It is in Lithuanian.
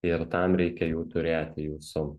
ir tam reikia jau turėti jūsų